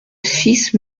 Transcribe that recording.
six